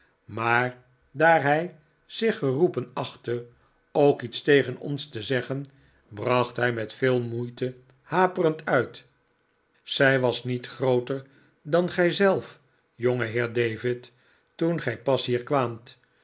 maar daar hij zich geroepen achtte ook iets tegen ons te zeggen bracht hij met veel moeite haperend uit zij was niet grooter dan gij zelf jongeheer david toen gij pas hier kwaamt